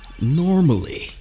Normally